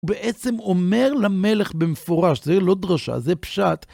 הוא בעצם אומר למלך במפורש, זה לא דרשה, זה פשט,